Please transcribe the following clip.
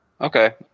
Okay